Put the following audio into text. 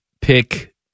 pick